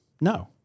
No